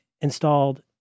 installed